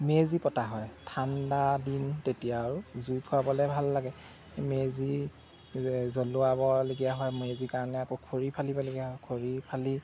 মেজি পতা হয় ঠাণ্ডা দিন তেতিয়া আৰু জুই ফুৱাবলে ভাল লাগে মেজি জ্বলোৱাবলগীয়া হয় মেজি কাৰণে আকৌ খৰি ফালিবলগীয়া হয় খৰি ফালি